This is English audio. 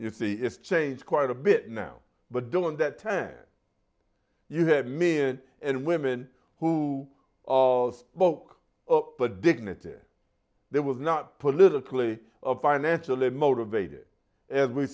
you see it's changed quite a bit now but during that ten you had me and women who spoke of the dignity there was not politically of financially motivated as we